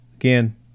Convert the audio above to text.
Again